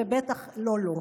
ובטח לא לו.